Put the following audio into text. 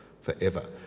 forever